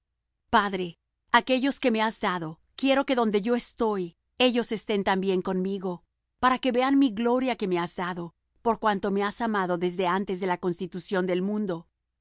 padre aquellos que me has dado quiero que donde yo estoy ellos estén también conmigo para que vean mi gloria que me has dado por cuanto me has amado desde antes de la constitución del mundo